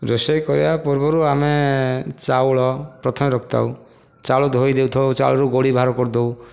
ରୋଷେଇ କରିବା ପୂର୍ବରୁ ଆମେ ଚାଉଳ ପ୍ରଥମେ ରଖିଥାଉ ଚାଉଳ ଧୋଇ ଦେଇଥାଉ ଚାଉଳରୁ ଗୋଡ଼ି ବାହାର କରିଦେଉ